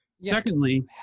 Secondly